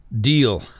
Deal